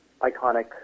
iconic